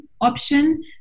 option